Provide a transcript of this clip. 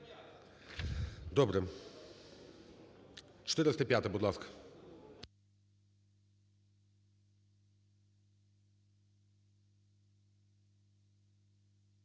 Добре. 405-а, будь ласка.